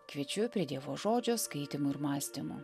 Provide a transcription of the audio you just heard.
kviečiu prie dievo žodžio skaitymų ir mąstymų